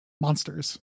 monsters